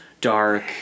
dark